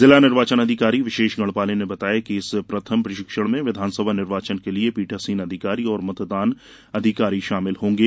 जिला निर्वाचन अधिकारी विशेष गढ़पाले ने बताया कि इस प्रथम प्रशिक्षण में विधानसभा निर्वाचन के लिए पीठासीन अधिकारी और मतदान अधिकारी शामिल होंगे